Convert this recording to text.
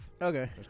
Okay